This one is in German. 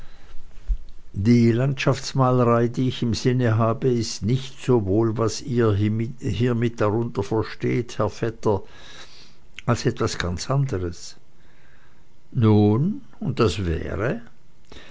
die landschaftsmalerei die ich im sinne habe ist nicht sowohl was ihr hiemit darunter versteht herr vetter als etwas ganz anderes nun und das wäre